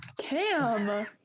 Cam